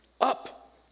Up